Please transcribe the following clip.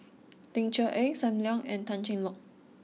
Ling Cher Eng Sam Leong and Tan Cheng Lock